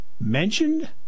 mentioned